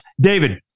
David